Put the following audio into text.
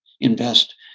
invest